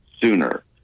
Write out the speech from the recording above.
sooner